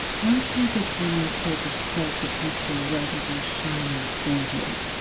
i'll take it you're not here to spread the peaceful word of your shining savior.